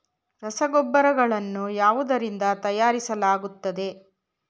ರಸಗೊಬ್ಬರಗಳನ್ನು ಯಾವುದರಿಂದ ತಯಾರಿಸಲಾಗುತ್ತದೆ?